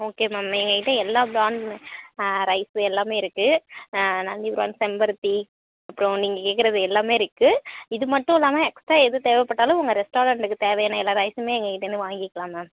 okay ma'am எங்கக்கிட்டே எல்லா brand rice எல்லாம் இருக்குது நந்தி ப்ராண்ட் செம்பருத்தி அப்புறோம் நீங்கள் கேட்குறது எல்லாம் இருக்குது இது மட்டும் இல்லாமல் எக்ஸ்ட்ரா எது தேவைப்பட்டாலும் உங்கள் ரெஸ்ட்டாரண்ட்டுக்கு தேவையான எல்லா ரைஸும் எங்ககிட்டேருந்து வாங்கிக்கலாம் மேம்